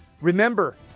Remember